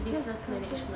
business management